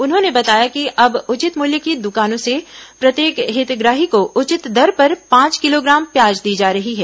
उन्होंने बताया कि अब उचित मूल्य की दुकानों से प्रत्येक हितग्राही को उचित दर पर पांच किलोग्राम प्याज दी जा रही है